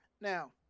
Now